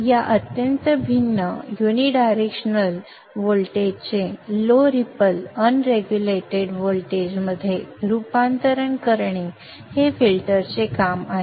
या अत्यंत भिन्न युनि डायरेक्शनल व्होल्टेजचे low ripple unregulated voltage मध्ये रूपांतर करणे हे फिल्टरचे काम आहे